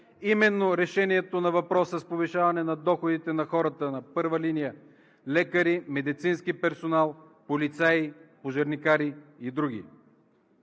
именно решението на въпроса за повишаване доходите на хората на първа линия – лекари, медицински персонал, полицаи, пожарникари и други.